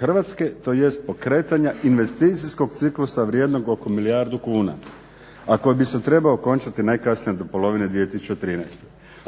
RH tj. pokretanja investicijskog ciklusa vrijednog oko milijardu kuna, a koji bi se trebao okončati najkasnije do polovine 2013.